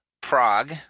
Prague